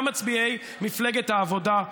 גם מצביעי מפלגת העבודה,